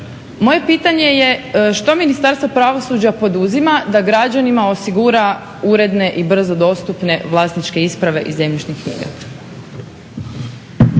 Moje pitanje je što Ministarstvo pravosuđa poduzima da građanima osigura uredne i brzo dostupne vlasničke isprave iz zemljišnih knjiga.